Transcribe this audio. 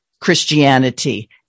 Christianity